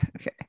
Okay